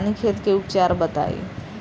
रानीखेत के उपचार बताई?